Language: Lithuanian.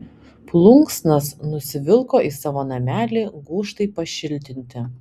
plunksnas nusivilko į savo namelį gūžtai pašiltinti